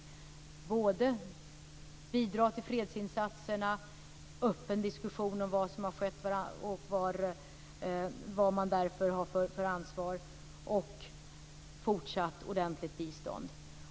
Det gäller att bidra till fredsinsatserna, att föra en öppen diskussion om vad som har skett och vilket ansvar man därför har och att ge ett fortsatt ordentligt bistånd.